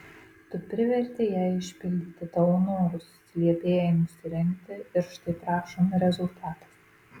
tu privertei ją išpildyti tavo norus liepei jai nusirengti ir štai prašom rezultatas